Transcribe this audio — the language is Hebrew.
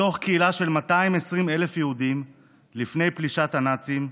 מתוך קהילה של 220,000 יהודים לפני פלישת הנאצים,